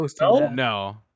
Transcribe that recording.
No